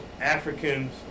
Africans